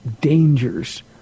dangers